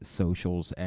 socials